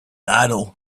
idol